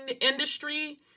industry